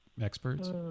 experts